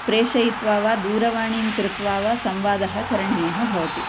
प्रेषयित्वा वा दूरवाणीं कृत्वा वा संवादः करणीयः भवति